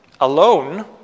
alone